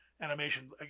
animation